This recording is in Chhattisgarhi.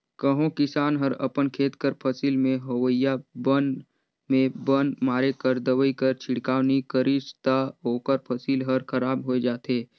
कहों किसान हर अपन खेत कर फसिल में होवइया बन में बन मारे कर दवई कर छिड़काव नी करिस ता ओकर फसिल हर खराब होए जाथे